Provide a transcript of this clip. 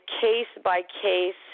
case-by-case –